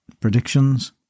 predictions